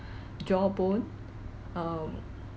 jawbone um